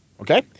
Okay